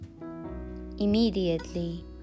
Immediately